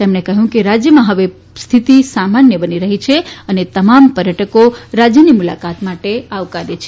તેમણે કહ્યું કે રાજ્યમાં હવે પરિસ્થિતિ સામાન્ય છે અને તમામ પર્યટકો રાજ્યની મુલાકાત માટે આવકાર્ય છે